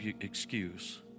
excuse